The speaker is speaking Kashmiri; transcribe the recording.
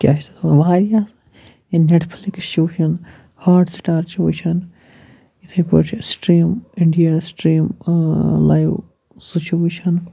کیٛاہ چھِ تَتھ وَنان واریاہ اَصٕل یہِ نٮ۪ٹ فِلِکٕس چھِ وٕچھان ہاٹ سٹار چھِ وٕچھان یِتھَے پٲٹھۍ چھِ سِٹرٛیٖم اِنڈیا سٹرٛیٖم لایِو سُہ چھِ وٕچھان